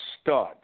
stud